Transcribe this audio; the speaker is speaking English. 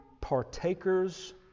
partakers